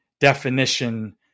definition